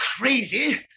crazy